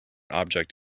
object